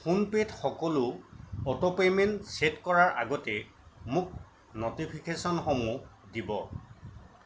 phone পে'ত সকলো auto payment set কৰাৰ আগতে মোক ন'টিফিকেশ্যনসমূহ দিব